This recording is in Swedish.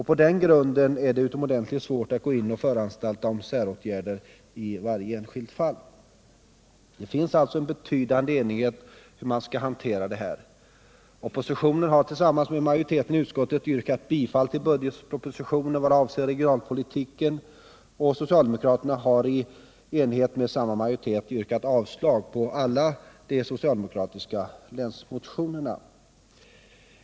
På den grunden är det utomordentligt svårt att gå in och föranstalta om säråtgärder i varje enskilt fall. Det finns alltså en betydande enighet om hur man skall hantera detta. Oppositionen har tillsammans med majoriteten i utskottet yrkat bifall till budgetpropositionen vad avser regionalpolitiken, dvs. socialdemokraterna har yrkat avslag på alla de socialdemokratiska länsmotionerna.